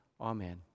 Amen